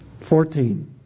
Fourteen